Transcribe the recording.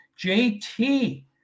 JT